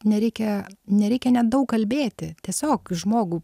nereikia nereikia net daug kalbėti tiesiog žmogų